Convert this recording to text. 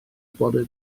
bore